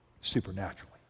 supernaturally